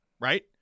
right